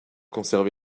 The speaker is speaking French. conservaient